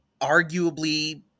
arguably